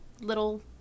little